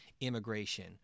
immigration